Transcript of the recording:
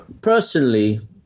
personally